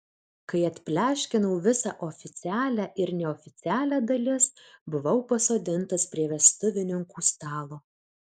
kai atpleškinau visą oficialią ir neoficialią dalis buvau pasodintas prie vestuvininkų stalo